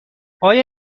آیا